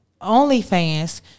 OnlyFans